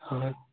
ಹಾಂ